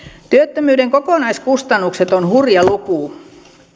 työttömyyden kokonaiskustannukset on hurja luku